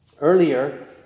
earlier